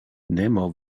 nemo